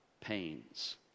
pains